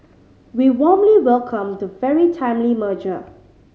we warmly welcome the very timely merger